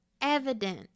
evident